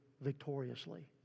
victoriously